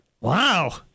Wow